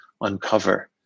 uncover